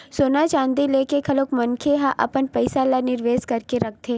सोना चांदी लेके घलो मनखे मन ह अपन पइसा ल निवेस करके रखथे